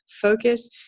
focus